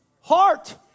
heart